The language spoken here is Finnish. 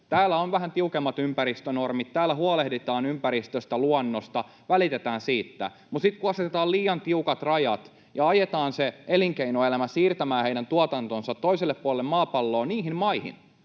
Täällä on vähän tiukemmat ympäristönormit, täällä huolehditaan ympäristöstä, luonnosta, välitetään siitä, mutta sitten kun asetetaan liian tiukat rajat ja ajetaan elinkeinoelämä siirtämään heidän tuotantonsa toiselle puolelle maapalloa niihin maihin,